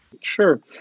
Sure